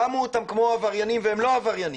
שמו אותם כמו עבריינים, והם לא עבריינים.